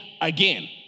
again